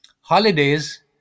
holidays